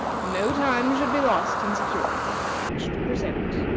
no time should be lost in securing what i wish to present.